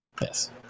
Yes